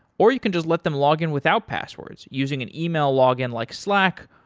or you can just let them login without passwords using an email login like slack,